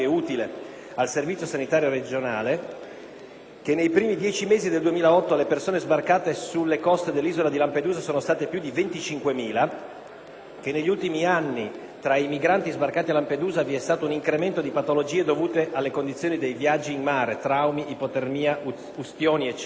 al servizio sanitario regionale; nei primi dieci mesi del 2008 le persone sbarcate sulle coste dell'isola di Lampedusa sono state più di 25.000; negli ultimi anni tra i migranti sbarcati a Lampedusa vi è stato un incremento di patologie dovute alle condizioni dei viaggi in mare (traumi, ipotermia, ustioni,